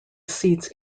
seats